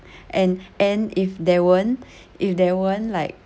and and if there weren't if there weren't like